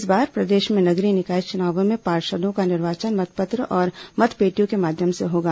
इस बार प्रदेश में नगरीय निकाय चुनावों में पार्षदों का निर्वाचन मतपत्र और मतपेटियों के माध्यम से होगा